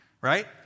right